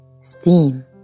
steam